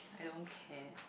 I don't care